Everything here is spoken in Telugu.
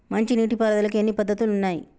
మంచి నీటి పారుదలకి ఎన్ని పద్దతులు ఉన్నాయి?